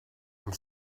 and